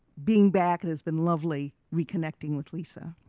being back it has been lovely reconnecting with lisa.